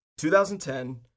2010